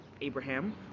Abraham